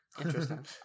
Interesting